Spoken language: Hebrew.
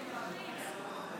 החזרתי.